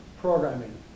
programming